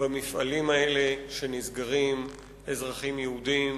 במפעלים האלה שנסגרים אזרחים יהודים